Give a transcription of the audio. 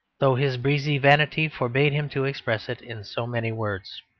though his breezy vanity forbade him to express it in so many words.